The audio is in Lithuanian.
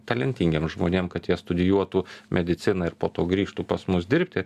talentingiem žmonėm kad jie studijuotų mediciną ir po to grįžtų pas mus dirbti